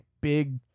big